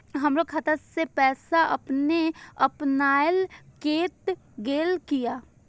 हमरो खाता से पैसा अपने अपनायल केट गेल किया?